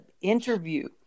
interview